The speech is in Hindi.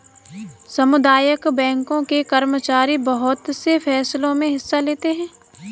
सामुदायिक बैंकों के कर्मचारी बहुत से फैंसलों मे हिस्सा लेते हैं